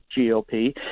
GOP